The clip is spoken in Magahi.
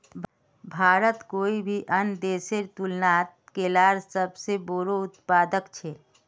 भारत कोई भी अन्य देशेर तुलनात केलार सबसे बोड़ो उत्पादक छे